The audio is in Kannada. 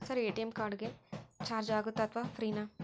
ಸರ್ ಎ.ಟಿ.ಎಂ ಕಾರ್ಡ್ ಗೆ ಚಾರ್ಜು ಆಗುತ್ತಾ ಅಥವಾ ಫ್ರೇ ನಾ?